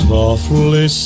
Softly